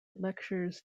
lectures